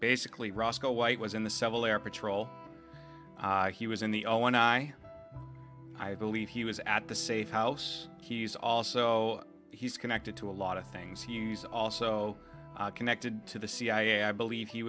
basically roscoe white was in the civil air patrol he was in the oh and i i believe he was at the safe house he's also he's connected to a lot of things also connected to the cia i believe he